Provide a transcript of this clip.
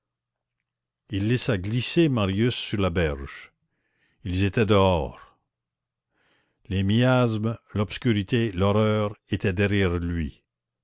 il laissa glisser marius sur la berge ils étaient dehors les miasmes l'obscurité l'horreur étaient derrière lui